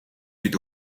бид